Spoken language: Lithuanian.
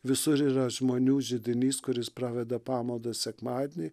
visur yra žmonių židinys kuris praveda pamaldas sekmadienį